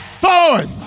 forward